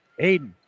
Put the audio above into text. Aiden